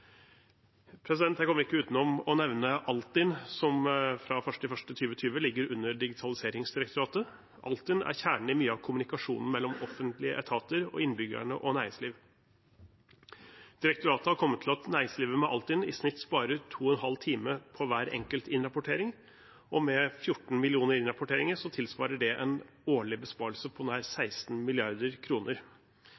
Jeg kommer ikke utenom å nevne Altinn, som fra 1. januar 2020 ligger under Digitaliseringsdirektoratet. Altinn er kjernen i mye av kommunikasjonen mellom offentlige etater og innbyggere og næringsliv. Direktoratet har kommet til at næringslivet med Altinn i snitt sparer 2,5 timer på hver enkelt innrapportering. Med 14 millioner innrapporteringer tilsvarer det en årlig besparelse på nær